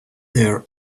there